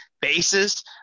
bases